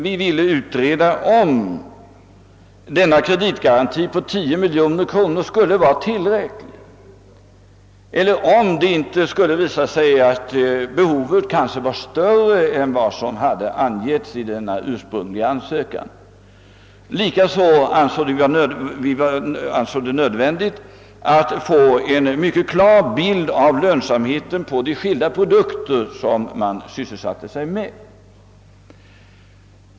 Vi ville utreda om en kreditgaranti på 10 miljoner kronor skulle vara tillräcklig eller om det skulle komma att visa sig att behovet kanske var större än vad som hade angivits i den ursprungliga ansökan. Likaså ansåg vi det nödvändigt att få en mycket klar bild av lönsamheten hos de skilda produkter som man sysselsatte sig med.